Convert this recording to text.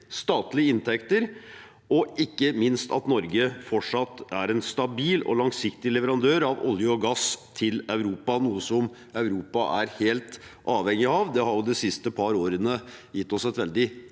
statlige inntekter, og ikke minst at Norge fortsatt skal være en stabil og langsiktig leverandør av olje og gass til Europa, noe som Europa er helt avhengig av. Det har de siste par årene gitt oss et veldig